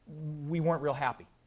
we weren't real happy.